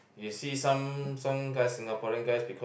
you see some some guy Singaporean guy